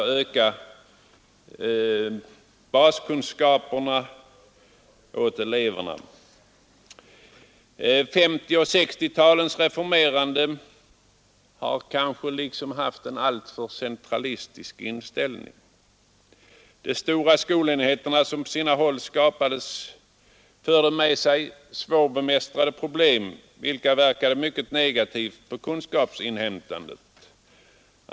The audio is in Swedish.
1950 och 1960-talens reformerande har liksom haft en alltför centralistisk inriktning. De stora skolenheter, som på sina håll skapades, förde med sig svårbemästrade problem, vilka verkade negativt på inhämtandet av kunskaper.